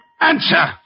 Answer